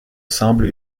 semble